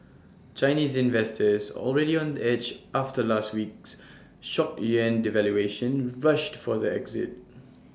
Chinese investors already on edge after last week's shock yuan devaluation rushed for the exit